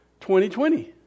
2020